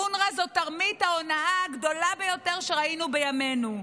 אונר"א זה תרמית ההונאה הגדולה ביותר שראינו בימינו,